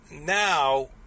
now